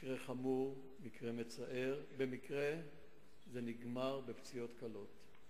מקרה חמור ומצער, במקרה זה נגמר בפציעות קלות.